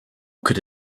could